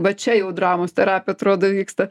va čia jau dramos terapija atrodo vyksta